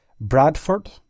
Bradford